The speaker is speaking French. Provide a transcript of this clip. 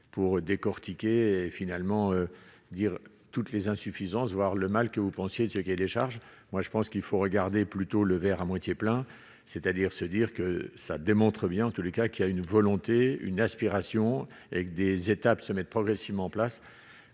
pour décortiquer et finalement dire toutes les insuffisances, voire le mal que vous pensiez de ce qui est des charges, moi je pense qu'il faut regarder plutôt le verre à moitié plein, c'est-à-dire se dire que ça démontre bien, en tous les cas qu'il y a une volonté, une aspiration avec des étapes se mettent progressivement en place